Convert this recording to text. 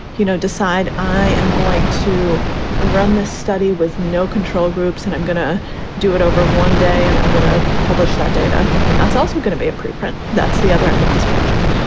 you know, decide i am going to run this study with no control groups and i'm going to do it over one day and i'm going to publish that data. and that's also gonna be a preprint. that's the other end of the spectrum.